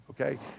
Okay